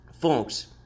Folks